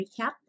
recap